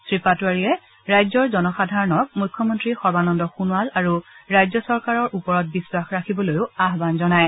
শ্ৰীপাটোৱাৰীয়ে ৰাজ্যৰ জনসাধাৰণক মুখ্যমন্ত্ৰী সৰ্বানন্দ সোণোৱাল আৰু ৰাজ্য চৰকাৰৰ ওপৰত বিশ্বাস ৰাখিবলৈও আহান জনায়